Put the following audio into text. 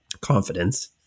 confidence